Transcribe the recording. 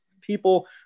people